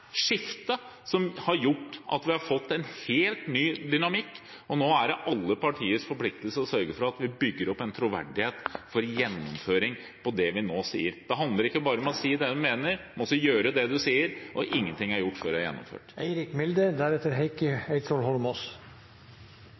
skiftet som har gjort at vi har fått en helt ny dynamikk, og nå er alle partier forpliktet til å sørge for at vi bygger opp en troverdighet for gjennomføringen av det vi nå sier. Det handler ikke bare om å si det man mener – man må også gjøre det man sier, og ingenting er gjort før det er gjennomført.